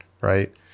right